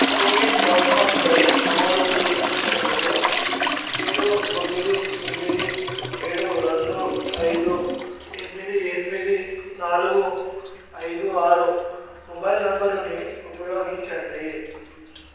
CoWIN ప్లాట్ఫామ్పై నమోదు చేసుకునేందుకు ఏడు తొమ్మిది ఎనిమిది ఏడు రెండు ఐదు ఎనిమిది ఎనిమిది నాలుగు ఐదు ఆరు మొబైల్ నంబరుని ఉపయోగించండి